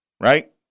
Right